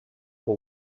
but